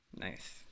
Nice